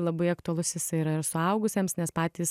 labai aktualus jisai yra ir suaugusiems nes patys